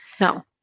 No